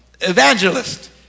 evangelist